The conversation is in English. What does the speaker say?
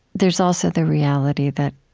there's also the reality that